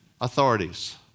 authorities